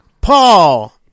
Paul